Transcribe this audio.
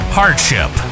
hardship